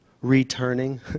returning